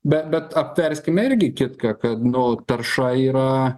bet bet apverskime irgi kitką kad nu tarša yra